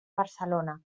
barcelona